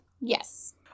Yes